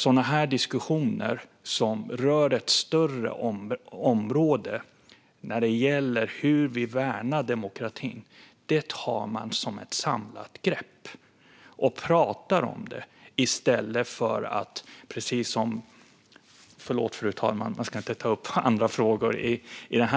Sådana här diskussioner som rör ett större område och som gäller hur vi värnar demokratin tar man som ett samlat grepp och pratar om, i stället för att - förlåt, fru talman, man ska inte ta upp andra frågor i